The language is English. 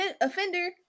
offender